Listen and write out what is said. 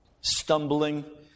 Stumbling